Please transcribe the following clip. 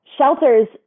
shelters